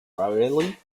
rarely